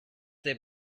they